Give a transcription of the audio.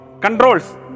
controls